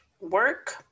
work